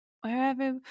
Wherever